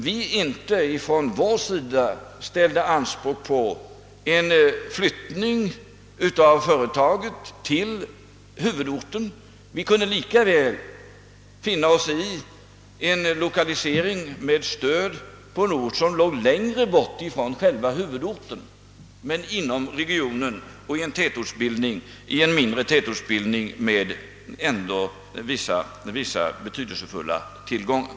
Vi har från vår sida inte ställt anspråk på att företaget skulle flyttas till huvudorten. Vi kunde lika väl tänka oss en lokalisering med stöd på en ort som ligger längre bort från själva huvudorten men inom regionen och i en mindre tätortsbildning, där det ändå finns vissa betydelsefulla tillgångar.